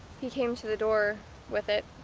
he came to the door with it,